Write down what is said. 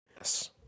Yes